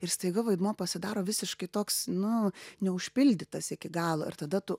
ir staiga vaidmuo pasidaro visiškai toks nu neužpildytas iki galo ir tada tu